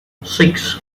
six